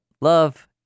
love